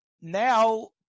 now